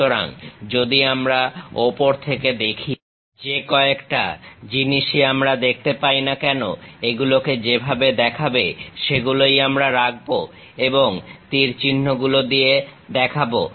সুতরাং যদি আমরা ওপর থেকে দেখি যে কয়েকটা জিনিসই আমরা দেখতে পাই না কেন এগুলোকে যেভাবে দেখাবে সেগুলোই আমরা রাখবো এবং তীর চিহ্ন গুলো দিয়ে দেখাবো